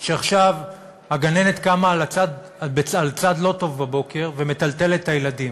שעכשיו הגננת קמה על צד לא טוב בבוקר ומטלטלת את הילדים,